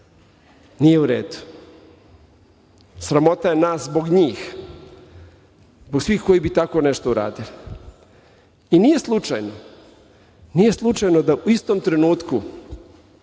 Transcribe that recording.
Nije u redu. Sramota je nas zbog njih, zbog svih koji bi tako nešto uradili.I nije slučajno, nije slučajno da u istom trenutku